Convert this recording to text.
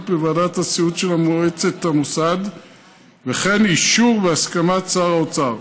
בוועדת הסיעוד של מועצת המוסד וכן אישור והסכמת שר האוצר.